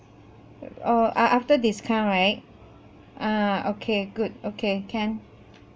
uh err a~ after discount right err okay good okay can